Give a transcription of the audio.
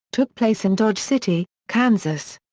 took place in dodge city, kansas.